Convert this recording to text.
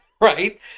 Right